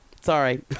Sorry